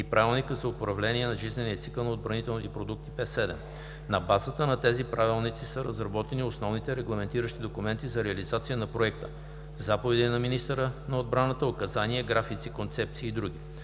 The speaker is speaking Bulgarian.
и Правилника за управление на жизнения цикъл на отбранителните продукти (ПУЖЦОП), № П-7/19 август 2011 г. На базата на тези правилници са разработени основните регламентиращи документи за реализацията на Проекта (заповеди на министъра на отбраната, указания, графици, концепции и други.).